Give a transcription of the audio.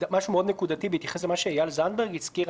משהו מאוד נקודתי בהתייחס למה שאיל זנדברג הזכיר,